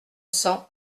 cents